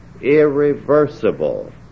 irreversible